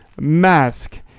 mask